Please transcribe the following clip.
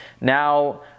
Now